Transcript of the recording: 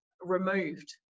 removed